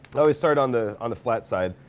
and always start on the on the flat side.